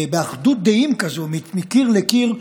באחדות דעים כזאת מקיר לקיר,